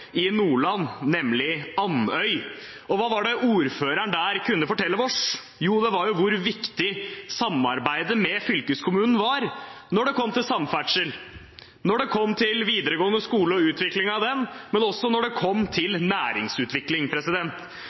i Nordland, nemlig Andøya. Hva var det ordføreren der kunne fortelle oss? Jo, det var hvor viktig samarbeidet med fylkeskommunen er når det kommer til samferdsel, når det kommer til videregående skole og utvikling av den, og også når det kommer til næringsutvikling.